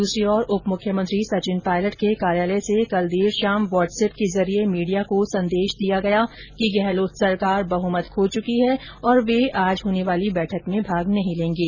दूसरी ओर उप मुख्यमंत्री सचिन पायलट के कार्यालय से कल देर शाम व्हाट्सएप के जरिये मीडिया को संदेश दिया गया कि गहलोत सरकार बहुमत खो चुकी है तथा वे आज होने वाली बैठक में भाग नहीं लेंगे